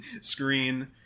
screen